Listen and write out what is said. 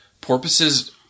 Porpoises